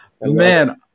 Man